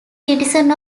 citizen